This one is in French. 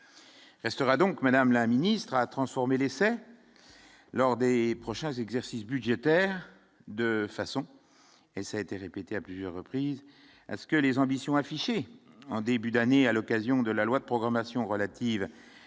Restera donc Madame la ministre a à transformer l'essai lors des prochains exercices budgétaires de façon et ça a été répété à plusieurs reprises ce que les ambitions affichées en début d'année, à l'occasion de la loi de programmation relative